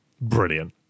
brilliant